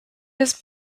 was